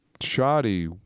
shoddy